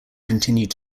continued